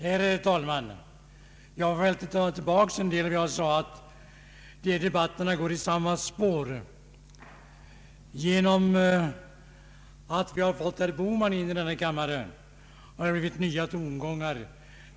Herr talman! Jag vill ta tillbaka en del av det jag sade om att debatten går i samma spår. Genom att vi fått in herr Bohman i denna kammare har det blivit nya tongångar.